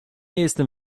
jestem